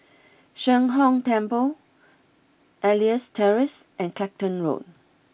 Sheng Hong Temple Elias Terrace and Clacton Road